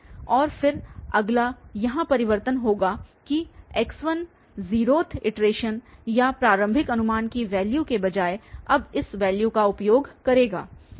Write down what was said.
और फिर अगला यहाँ परिवर्तन होगा कि x1 0th इटरेशन या प्रारंभिक अनुमान की वैल्यू के बजाय अब इस वैल्यू का उपयोग करेगा